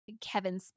Kevin